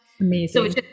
Amazing